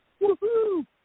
Woo-hoo